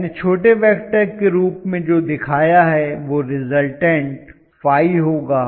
मैंने छोटे वेक्टर के रूप में जो दिखाया है वह रिज़ल्टन्ट ϕ होगा